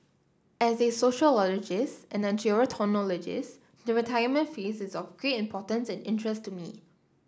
as a sociologist and a gerontologist the retirement phase is of great importance and interest to me